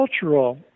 cultural